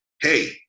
hey